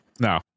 no